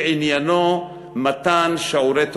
שעניינו מתן שיעורי תורה,